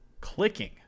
clicking